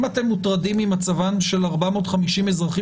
אם אתם מוטרדים ממצבם של 450 אזרחים